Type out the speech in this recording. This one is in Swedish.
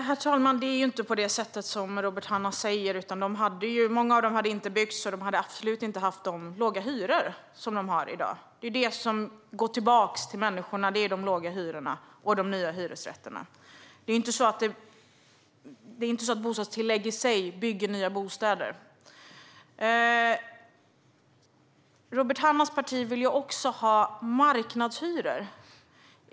Herr talman! Det är inte på det sättet som Robert Hannah säger. Många av dessa hus hade inte byggts, och de hade absolut inte haft de låga hyror som de har i dag. Det är det som går tillbaka till människorna - de låga hyrorna och de nya hyresrätterna. Det är ju inte så att bostadstillägg i sig bygger nya bostäder. Robert Hannahs parti vill även ha marknadshyror.